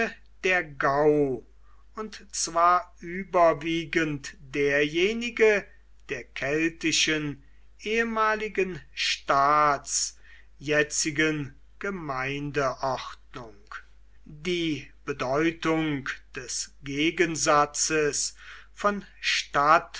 der gau und zwar überwiegend derjenige der keltischen ehemaligen staats jetzigen gemeindeordnung die bedeutung des gegensatzes von